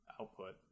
output